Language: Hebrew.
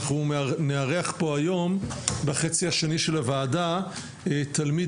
אנחנו נארח פה היום בחצי השני של הוועדה תלמיד